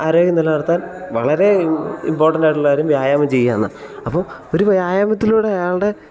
ആരോഗ്യം നിലനിർത്താൻ വളരെ ഇംപോർട്ടൻഡ് ആയിട്ടുള്ള കാര്യം വ്യായാമം ചെയ്യുക എന്നതാണ് അപ്പോൾ ഒരു വ്യായാമത്തിലൂടെ അയാളുടെ